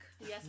yes